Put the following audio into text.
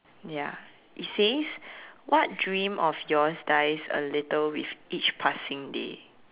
ya it says what dream of yours dies a little with each passing day